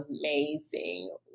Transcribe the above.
amazing